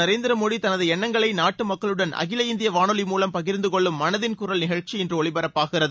நரேந்திர மோடி தனது எண்ணங்களை நாட்டு மக்களுடன் அகில இந்திய வானொலி மூலம் பகிர்ந்து கொள்ளும் மனதின் குரல் நிகழ்ச்சி இன்று ஒலிபரப்பாகிறது